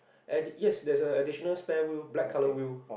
at the yes there is a additional spare wheel black colour wheel